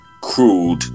crude